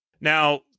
Now